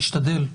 נשתדל.